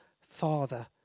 father